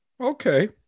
Okay